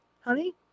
Honey